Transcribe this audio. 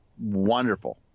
wonderful